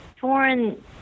foreign